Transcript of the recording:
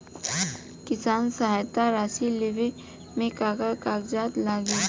किसान सहायता राशि लेवे में का का कागजात लागी?